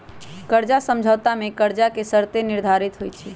कर्जा समझौता में कर्जा के शर्तें निर्धारित होइ छइ